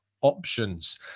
options